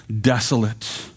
desolate